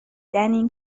این